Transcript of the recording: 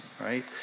right